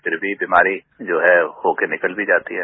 फिर भी बीमारी जो है हो के निकल भी जाती है